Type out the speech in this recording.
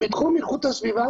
בתחום איכות הסביבה